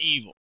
evil